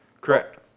Correct